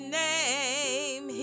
name